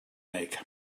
make